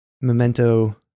memento